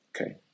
Okay